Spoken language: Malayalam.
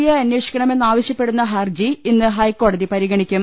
ഐ അന്വേഷിക്കണമെ ന്നാവശ്യപ്പെടുന്ന ഹർജി ഇന്ന് ഹൈക്കോടതിപരിഗണിക്കും